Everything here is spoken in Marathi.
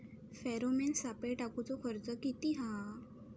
फेरोमेन सापळे टाकूचो खर्च किती हा?